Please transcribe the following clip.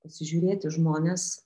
pasižiūrėti žmones